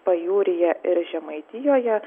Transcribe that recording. pajūryje ir žemaitijoje